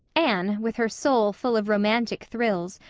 anne, with her soul full of romantic thrills,